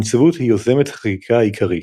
הנציבות היא יוזמת החקיקה העיקרית.